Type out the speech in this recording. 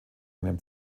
einem